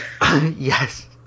Yes